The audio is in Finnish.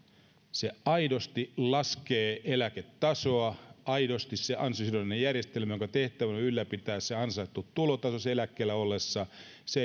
se aidosti laskee eläketasoa se ansiosidonnainen järjestelmä jonka tehtävänä on ylläpitää se ansaittu tulotaso eläkkeellä ollessa se